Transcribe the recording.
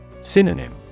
Synonym